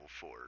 four